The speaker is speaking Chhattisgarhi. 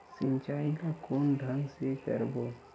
सिंचाई ल कोन ढंग से करबो?